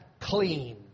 clean